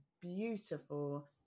beautiful